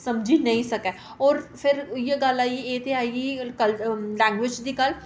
समझी नेईं सकै होर फिर इ'यै गल्ल आई गेई एह् ते आई गेई लैंग्बेज दी गल्ल